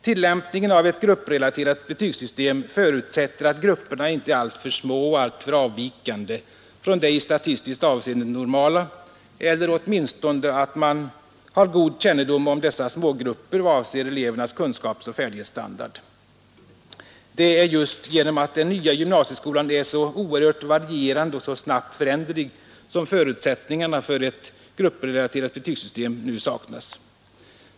Tillämpningen av ett grupprelaterat betygssystem förutsätter att grupperna inte är alltför små och alltför avvikande från det i statistiskt avseende normala eller åtminstone att man har god kännedom om dessa smågrupper vad avser elevernas kunskapsoch färdighetsstandard. Det är just genom att den nya gymnasieskolan är så oerhört varierande och så snabbt föränderlig som förutsättningarna för ett grupprelaterat betygssystem nu saknas.